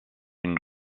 une